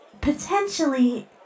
potentially